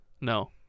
no